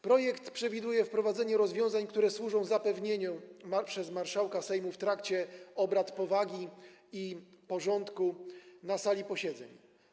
Projekt przewiduje wprowadzenie rozwiązań, które służą zapewnieniu przez marszałka Sejmu w trakcie obrad powagi i porządku na sali posiedzeń.